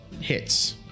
hits